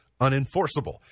unenforceable